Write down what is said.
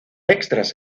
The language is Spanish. extras